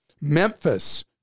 Memphis